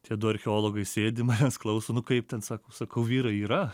tiedu archeologai sėdi manęs klauso nu kaip ten sako sakau vyrai yra